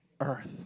earth